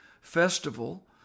Festival